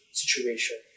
situation